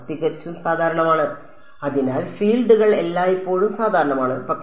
തികച്ചും സാധാരണമാണ് അതിനാൽ ഫീൽഡുകൾ എല്ലായ്പ്പോഴും സാധാരണമാണ് പക്ഷേ